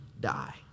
die